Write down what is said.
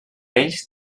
ells